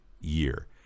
year